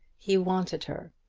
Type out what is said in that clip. he wanted her,